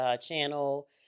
channel